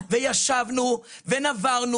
וישבנו ונברנו